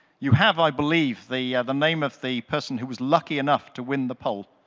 you have, i believe, the the name of the person who was lucky enough to win the poll.